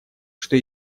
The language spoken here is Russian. что